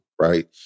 right